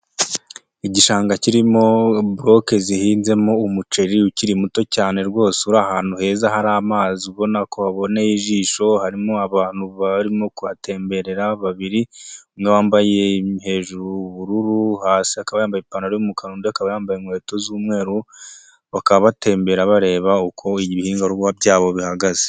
Igishanga kirimo boroke zihinzemo umuceri ukiri muto cyane rwose, uri ahantu heza hari amazi ubona ko aboneye ijisho. Harimo abantu barimo kuhatemberera babiri, umwe Yambaye urubururu hejuru, hasi akaba yambaye ipantaro y'umukara, undi akaba yambaye inkweto z'umweru. Bakaba ba tembera bareba uko ibihingwa byabo bihagaze.